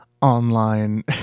Online